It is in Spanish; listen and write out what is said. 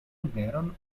emplearon